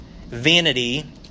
vanity